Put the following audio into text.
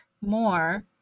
more